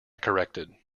corrected